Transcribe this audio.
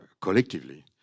collectively